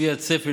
לפי הצפי,